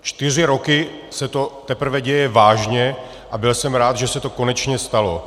Čtyři roky se to teprve děje vážně a byl jsem rád, že se to konečně stalo.